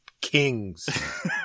kings